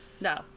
No